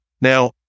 Now